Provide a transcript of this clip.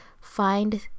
find